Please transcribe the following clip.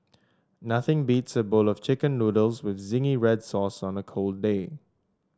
nothing beats a bowl of chicken noodles with zingy red sauce on a cold day